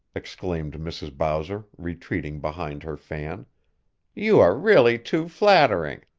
exclaimed mrs. bowser, retreating behind her fan you are really too flattering.